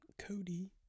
Cody